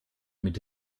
mit